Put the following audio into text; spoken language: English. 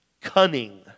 cunning